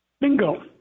Bingo